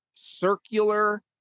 circular